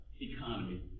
economy